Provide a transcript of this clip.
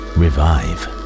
revive